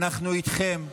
אנחנו איתכם.